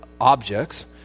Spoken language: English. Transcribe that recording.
objects